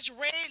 red